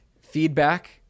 feedback